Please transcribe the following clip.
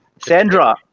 Sandra